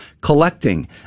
collecting